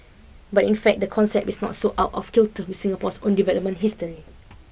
but in fact the concept is not so out of kilter with Singapore's own development history